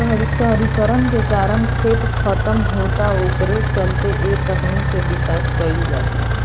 शहरीकरण के कारण खेत खतम होता ओकरे चलते ए तकनीक के विकास कईल जाता